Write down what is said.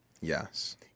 yes